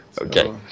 Okay